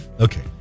Okay